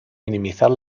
minimizar